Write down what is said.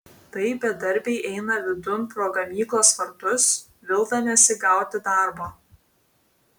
tai bedarbiai eina vidun pro gamyklos vartus vildamiesi gauti darbo